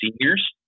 seniors